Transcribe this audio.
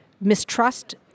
mistrust